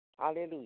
Hallelujah